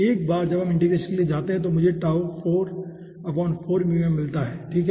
एक बार जब हम इंटीग्रेशन के लिए जाते हैं तो मुझे मिलता है ठीक है